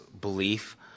belief